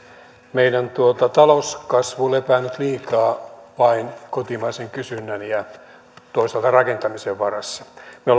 meidän talouskasvu lepää nyt liikaa vain kotimaisen kysynnän ja toisaalta rakentamisen varassa me